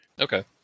Okay